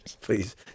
Please